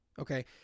okay